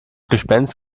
gespenst